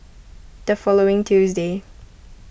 the following Tuesday